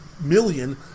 million